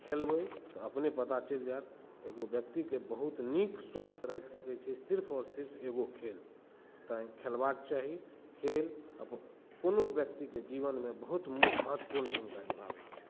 खेलबै तऽ अपने पता चलि जायत एगो व्यक्ति के बहुत नीक स्वस्थ राखि सकै छै सिर्फ आओर सिर्फ एगो खेल तैं खेलबाके चाही खेल कोनो व्यक्ति के जीवन मे बहुत महत्वपूर्ण भूमिका निभाबै छै